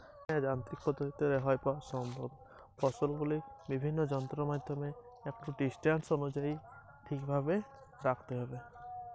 যান্ত্রিক পদ্ধতিতে কী মাজরা পোকার হাত থেকে রেহাই পাওয়া সম্ভব যদি সম্ভব তো কী ভাবে?